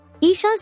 Isha's